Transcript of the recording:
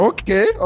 Okay